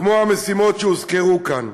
כמו המשימות שהוזכרו כאן.